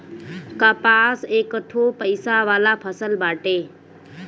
कपास एकठो पइसा वाला फसल बाटे